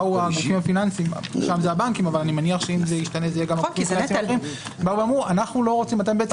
באו הגופים הפיננסיים ואמרו: אתם בעצם